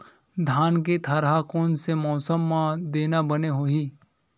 धान के थरहा कोन से मौसम म देना बने होही?